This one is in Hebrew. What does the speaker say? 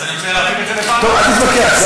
חבר כנסת,